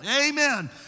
Amen